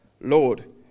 Lord